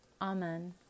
Amen